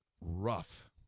rough